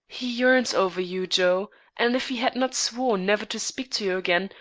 he yearns over you, joe and if he had not sworn never to speak to you again,